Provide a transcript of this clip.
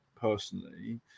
personally